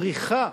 פריחה,